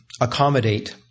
accommodate